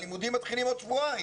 כשהלימודים מתחילים עוד שבועיים?